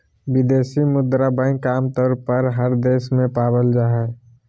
विदेशी मुद्रा बैंक आमतौर पर हर देश में पावल जा हय